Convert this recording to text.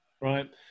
right